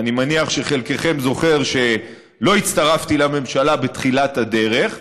אני מניח שחלקכם זוכרים שלא הצטרפתי לממשלה בתחילת הדרך,